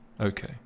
Okay